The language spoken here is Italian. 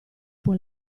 può